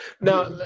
Now